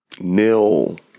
Nil